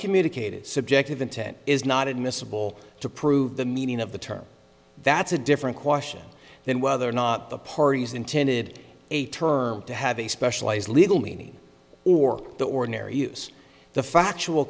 communicated subjective intent is not admissible to prove the meaning of the term that's a different question than whether or not the parties intended a term to have a specialized legal meaning or the ordinary use the factual